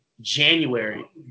January